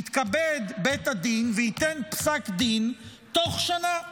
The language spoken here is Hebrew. יתכבד בית הדין וייתן פסק דין תוך שנה.